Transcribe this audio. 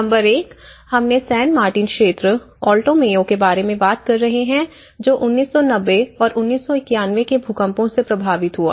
number 1 हम San Martin क्षेत्र Alto Mayo के बारे में बात कर रहे हैं जो 1990 और 1991 के भूकंपों से प्रभावित हुआ